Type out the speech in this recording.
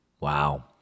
Wow